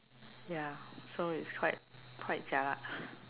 ya so is quite quite jialat